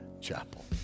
Chapel